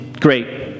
great